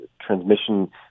transmission